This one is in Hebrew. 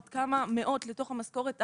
עוד כמה מאות לתוך המשכורת,